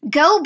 go